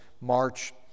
March